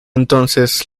entonces